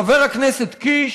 חבר הכנסת קיש,